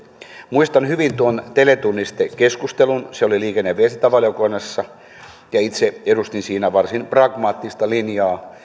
muistan hyvin tuon teletunnistekeskustelun se oli liikenne ja viestintävaliokunnassa ja itse edustin siinä varsin pragmaattista linjaa